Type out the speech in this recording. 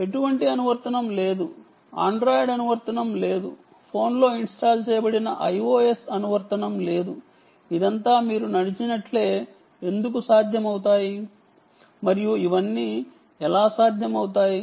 ఎటువంటి అనువర్తనం లేదు ఆండ్రాయిడ్ అనువర్తనం లేదు ఫోన్లో ఇన్స్టాల్ చేయబడిన ఐఓఎస్ అనువర్తనం లేదు ఇదంతా మీరు నడుస్తున్నప్పుడే జరిగిపోతుంది మరియు ఇవన్నీ ఎలా సాధ్యమవుతాయి